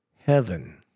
Heaven